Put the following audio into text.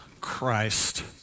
Christ